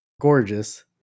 Gorgeous